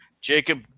Jacob